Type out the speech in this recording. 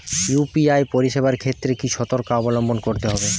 UPI পরিসেবার ক্ষেত্রে কি সতর্কতা অবলম্বন করতে হবে?